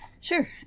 sure